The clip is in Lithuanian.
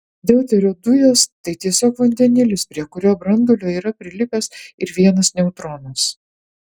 deuterio dujos tai tiesiog vandenilis prie kurio branduolio yra prilipęs ir vienas neutronas